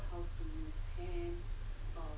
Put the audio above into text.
mm